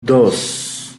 dos